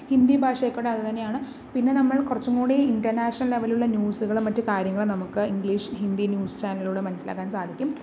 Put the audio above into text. ഹിന്ദി ഭാഷയായിക്കോട്ടെ അത് തന്നെയാണ് പിന്നെ നമ്മൾ കുറച്ചുകൂടി ഇൻറ്റർനാഷണൽ ലെവലിലുള്ള ന്യൂസുകളും മറ്റ് കാര്യങ്ങളും നമുക്ക് ഇംഗ്ലീഷ് ഹിന്ദി ന്യൂസ് ചാനലിലൂടെ മനസ്സിലാക്കാൻ സാധിക്കും